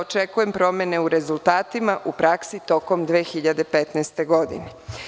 Očekujem promene u rezultatima, u praksi tokom 2015. godine.